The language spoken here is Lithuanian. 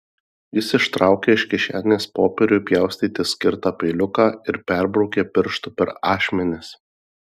jis ištraukė iš kišenės popieriui pjaustyti skirtą peiliuką ir perbraukė pirštu per ašmenis